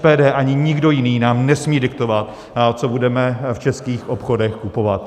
SPD ani nikdo jiný nám nesmí diktovat, co budeme v českých obchodech kupovat.